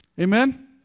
Amen